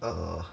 err